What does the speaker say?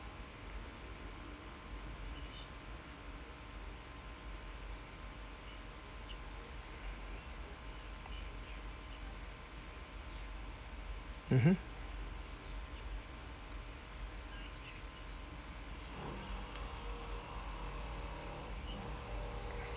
mmhmm